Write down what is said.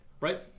right